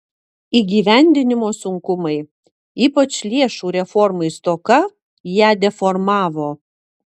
įgyvendinimo sunkumai ypač lėšų reformai stoka ją deformavo